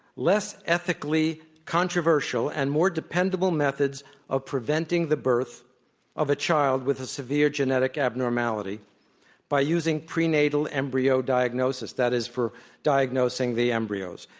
less ethically controversial, and more dependable methods of preventing the birth of a child with a severe genetic abnormality by using prenatal embryo diagnosis that is, for diagnosing the embryos.